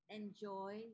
enjoy